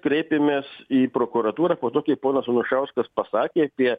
kreipėmės į prokuratūrą po to kai ponas anušauskas pasakė apie